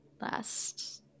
last –